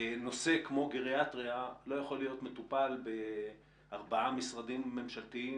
נושא כמו גריאטריה לא יכול להיות מטופל בארבעה משרדים ממשלתיים,